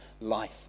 life